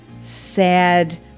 sad